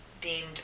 deemed